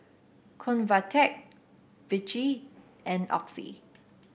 Convatec Vichy and Oxy